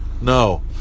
No